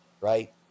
right